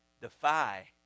defy